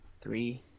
Three